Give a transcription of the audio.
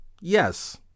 yes